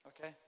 Okay